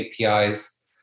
APIs